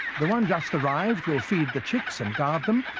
the one just arrived will feed the chicks and guard them,